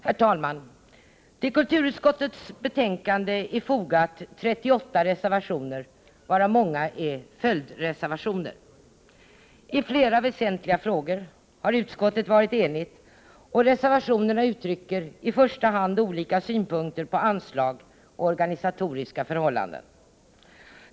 Herr talman! Till kulturutskottets betänkande är fogat 38 reservationer, varav många är följdreservationer. I flera väsentliga frågor har utskottet varit enigt, och reservationerna uttrycker i första hand olika synpunkter på anslag och organisatoriska förhållanden.